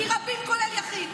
כי רבים, כולל יחיד.